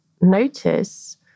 notice